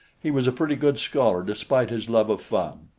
he was a pretty good scholar despite his love of fun,